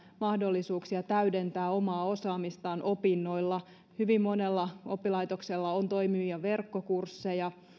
mahdollisuuksia täydentää omaa osaamistaan opinnoilla hyvin monella oppilaitoksella on toimivia verkkokursseja